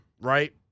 right